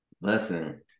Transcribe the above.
Listen